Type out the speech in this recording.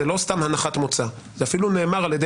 זה לא סתם הנחת מוצא; זה אפילו נאמר על ידי